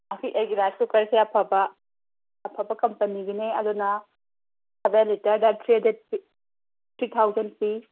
ꯁꯤ ꯑꯩꯒꯤ ꯔꯥꯏꯁ ꯀꯨꯀꯔꯁꯦ ꯑꯐꯕ ꯑꯐꯕ ꯀꯝꯄꯅꯤꯒꯤꯅꯦ ꯑꯗꯨꯅ ꯑꯗ ꯂꯤꯇꯔꯗ ꯊ꯭ꯔꯤ ꯍꯟꯗ꯭ꯔꯦꯠ ꯊ꯭ꯔꯤ ꯊꯥꯎꯖꯟ ꯄꯤ